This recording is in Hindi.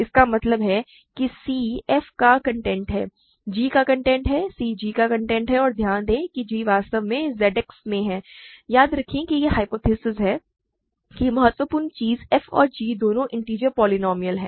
इसका मतलब है कि c f का कंटेंट है g का कंटेंट है c g का कंटेंट है और ध्यान दें कि g वास्तव में Z X में है याद रखें कि यह ह्य्पोथेसिस है कि महत्वपूर्ण चीज f और g दोनों इन्टिजर पोलीनोमिअल हैं